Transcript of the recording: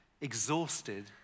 exhausted